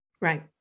Right